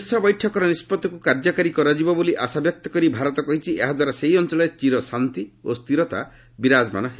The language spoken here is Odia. ଶୀର୍ଷ ବୈଠକର ନିଷ୍ପଭିକ୍ତ କାର୍ଯ୍ୟକାରୀ କରାଯିବ ବୋଲି ଆଶା ବ୍ୟକ୍ତ କରି ଭାରତ କହିଛି ଏହା ଦ୍ୱାରା ସେହି ଅଞ୍ଚଳରେ ଚିର ଶାନ୍ତି ଓ ସ୍ଥିରତା ବିରାଜମାନ ହେବ